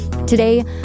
Today